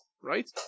right